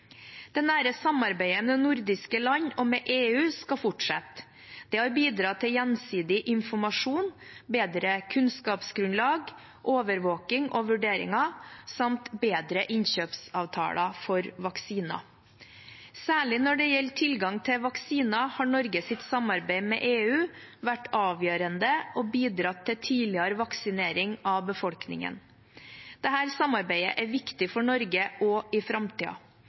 Det nære samarbeidet med nordiske land og med EU skal fortsette. Det har bidratt til gjensidig informasjon, bedre kunnskapsgrunnlag, overvåkning og vurderinger, samt bedre innkjøpsavtaler for vaksiner. Særlig når det gjelder tilgang til vaksiner, har Norges samarbeid med EU vært avgjørende og bidratt til tidligere vaksinering av befolkningen. Dette samarbeidet er viktig for Norge også i